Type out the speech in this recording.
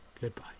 goodbye